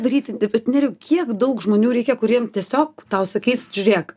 daryti nerijau kiek daug žmonių reikia kuriem tiesiog tau sakys žiūrėk